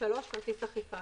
כרטיס אכיפה,